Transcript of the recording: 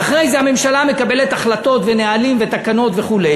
ואחרי זה הממשלה מקבלת החלטות ונהלים ותקנות וכו',